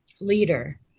leader